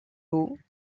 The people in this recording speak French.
haut